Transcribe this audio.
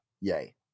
Yay